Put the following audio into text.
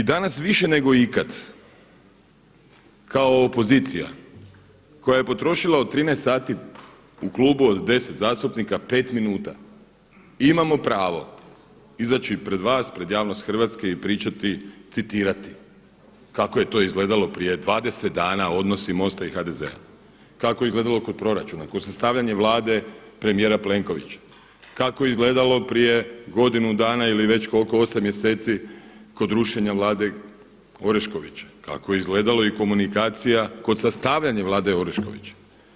I danas više nego ikada kao opozicija koja je potrošila od 13 sati u klubu od 10 zastupnika 5 minuta imamo pravo izaći pred vas, pred javnost Hrvatske i pričati, citirati kako je to izgledalo prije 20 dana, odnosi MOST-a i HDZ-a, kako je izgledalo kod proračuna, kod sastavljanja Vlade premijera Plenkovića, kako je izgledao prije godinu dana ili već koliko 8 mjeseci kod rušenja Vlade Oreškovića, kako je izgledalo i komunikacija kod sastavljanja Vlade Oreškovića.